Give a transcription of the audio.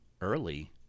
early